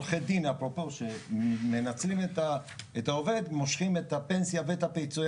עורכי דין שמייצגים את העובד מושכים את הפנסיה ואת פיצויי